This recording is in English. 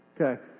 Okay